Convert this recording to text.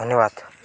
ଧନ୍ୟବାଦ